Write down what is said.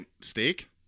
Steak